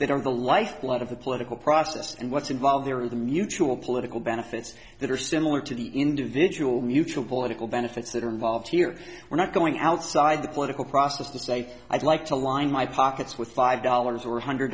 that are the lifeblood of the political process and what's involved there are the mutual political benefits that are similar to the individual mutual political benefits that are involved here we're not going outside the political process to say i'd like to line my pockets with five dollars or a hundred